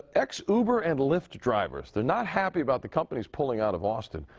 ex-uber and lyft drivers, they're not happy about the companies pulling out of austin.